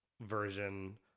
version